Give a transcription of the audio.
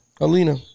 Alina